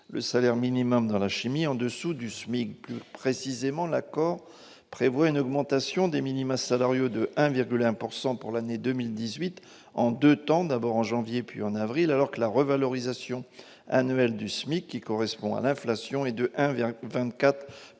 le salaire minimal dans la chimie en dessous du SMIC. Plus précisément, cet accord prévoit une augmentation des minima salariaux de 1,1 % pour l'année 2018, en deux temps, d'abord en janvier, puis en avril, alors que la revalorisation annuelle du SMIC, qui correspond à l'inflation, sera de 1,24